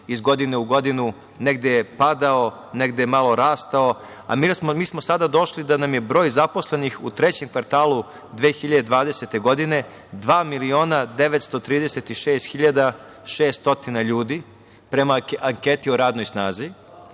iz godine u godinu negde padao, negde je malo rastao, a mi smo sada došli do toga da nam je broj zaposlenih u trećem kvartalu 2020. godine 2.936.600 ljudi, prema anketi o radnoj snazi,